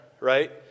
right